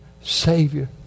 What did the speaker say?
Savior